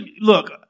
Look